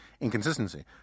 inconsistency